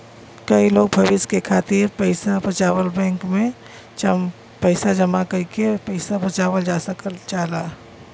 कई लोग भविष्य के खातिर पइसा बचावलन बैंक में पैसा जमा कइके पैसा बचावल जा सकल जाला